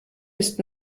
ist